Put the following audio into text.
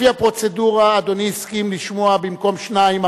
לפי הפרוצדורה אדוני הסכים לשמוע במקום שניים,